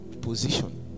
position